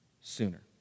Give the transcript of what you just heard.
sooner